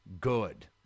good